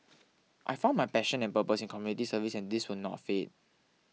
I found my passion and purpose in community service and this will not fade